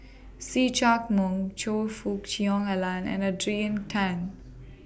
See Chak Mun Choe Fook Cheong Alan and Adrian Tan